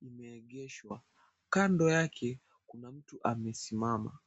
imeegeshwa, kando yake kuna mtu amesimama.